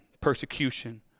persecution